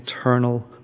eternal